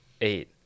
eight